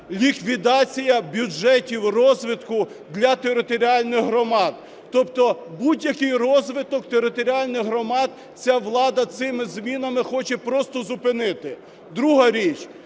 ліквідація бюджетів розвитку для територіальних громад. Тобто будь-який розвиток територіальних громад ця влада цими змінами хоче просто зупинити. Друга річ.